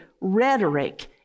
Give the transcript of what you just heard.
rhetoric